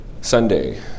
Sunday